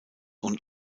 und